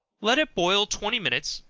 let it boil twenty minutes,